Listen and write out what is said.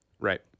Right